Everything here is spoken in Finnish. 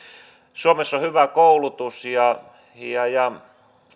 suomessa on hyvä koulutus ja ja